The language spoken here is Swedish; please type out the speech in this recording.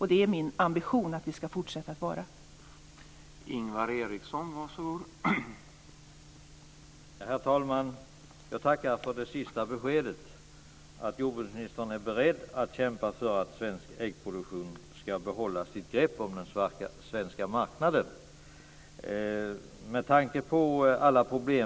Det är min ambition att vi ska fortsätta att vara det.